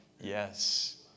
Yes